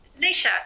Nisha